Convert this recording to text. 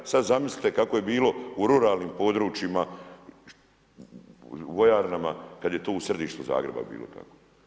Sad zamislite kako je bilo u ruralnim područjima, u vojarnama kad je to u središtu Zagreba bilo tako.